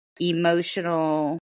emotional